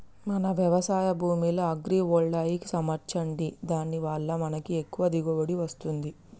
మన వ్యవసాయ భూమిలో అగ్రివోల్టాయిక్స్ అమర్చండి దాని వాళ్ళ మనకి ఎక్కువ దిగువబడి వస్తుంది